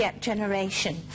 generation